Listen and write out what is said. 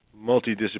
multidisciplinary